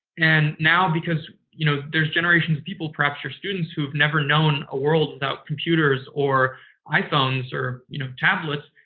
and now because, you know, there's generations of people, perhaps your students, who have never known a world without computers or iphones or, you know, tablets,